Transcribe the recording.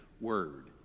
word